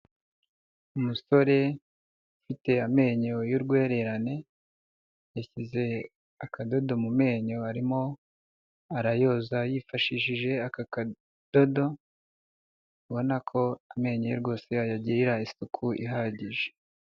Umusore ufite amenyo y'urwererane yashyize akadodo mu menyo arimo arayoza yifashishije aka kadodo abona ko amenyo rwose ayagirira isuku ihagije.